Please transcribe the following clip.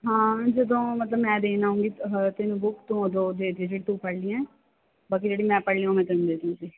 ਹਾਂ ਜਦੋਂ ਮਤਲਬ ਮੈਂ ਦੇਣ ਆਊਗੀ ਆਹ ਤੈਨੂੰ ਬੁੱਕ ਤੂੰ ਉਦੋਂ ਦੇ ਦਈ ਜਿਹੜੀਆਂ ਤੂੰ ਪੜ੍ਹ ਲਈਆਂ ਬਾਕੀ ਜਿਹੜੀਆ ਮੈਂ ਪੜ੍ਹ ਲਈਆਂ ਉਹ ਮੈਂ ਤੈਨੂੰ ਦੇ ਦਊਗੀ